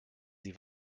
sie